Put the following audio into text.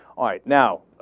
all right now,